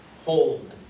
wholeness